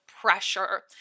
pressure